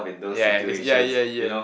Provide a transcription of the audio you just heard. ya that's ya ya ya